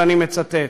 ואני מצטט: